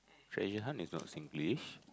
treasure hunt is not Singlish